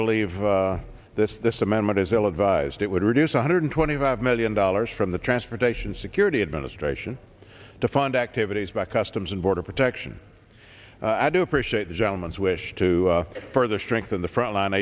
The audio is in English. believe this this amendment is ill advised it would reduce one hundred twenty five million dollars from the transportation security administration to fund activities by customs and border protection i do appreciate the gentleman's wish to further strengthen the frontline